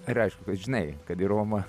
ir aišku kad žinai kad į romą